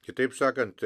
kitaip sakant